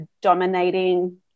dominating